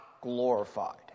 glorified